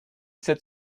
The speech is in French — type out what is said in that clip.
sept